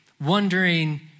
Wondering